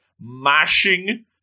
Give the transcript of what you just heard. mashing